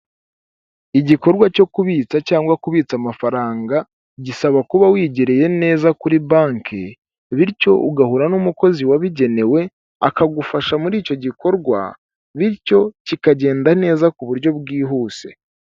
Igikorwa cyo kubitsa cyangwa kubitsa amafaranga gisaba kuba wigereye neza kuri banki, bityo ugahura n'umukozi wabigenewe, akagufasha muri icyo gikorwa, bityo kikagenda neza ku buryo bwihuse.